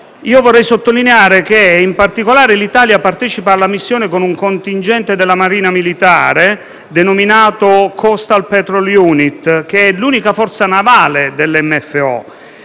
Vorrei sottolineare in particolare che l'Italia partecipa alla missione con un contingente della marina militare, denominato Coastal patrol unit, che è l'unica forza navale dell'MFO